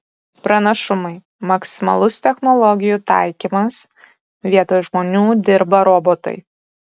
pranašumai maksimalus technologijų taikymas vietoj žmonių dirba robotai